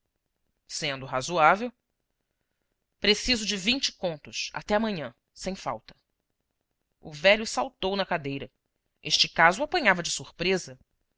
sendo razoável preciso de vinte contos até amanhã sem falta o velho saltou na cadeira este caso o apanhava de sur presa